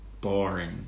boring